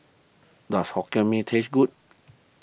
does Hokkien Mee taste good